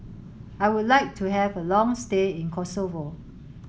I would like to have a long stay in Kosovo